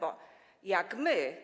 Bo jak my